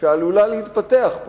שעלולה להתפתח פה,